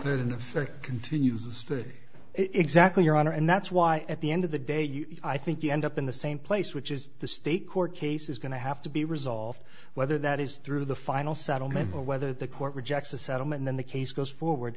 that in effect continues to stay exactly your honor and that's why at the end of the day you i think you end up in the same place which is the state court case is going to have to be resolved whether that is through the final settlement or whether the court rejects a settlement then the case goes forward